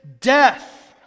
death